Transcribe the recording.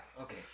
okay